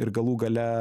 ir galų gale